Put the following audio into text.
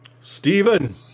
Stephen